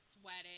sweating